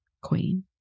queen